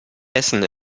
essen